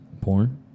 porn